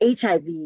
HIV